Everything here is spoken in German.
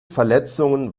verletzungen